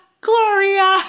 Gloria